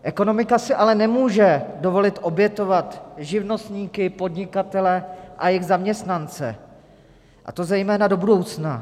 Ekonomika si ale nemůže dovolit obětovat živnostníky, podnikatele a jejich zaměstnance, a to zejména do budoucna.